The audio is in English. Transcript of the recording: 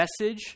message